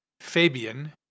Fabian